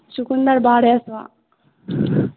चुकुन्दर बारह सए